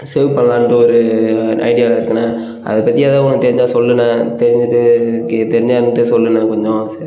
save பண்ணலான்ட்டு ஒரு ஐடியாவில் இருக்கண்ணே அதைப் பற்றி ஏதாவது உனக்கு தெரிஞ்சால் சொல்லுண்ணே தெரிஞ்சது ஓகே தெரிஞ்சால் என் கிட்டே சொல்லுண்ணா கொஞ்சம் சரி